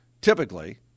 Typically